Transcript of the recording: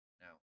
Now